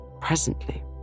Presently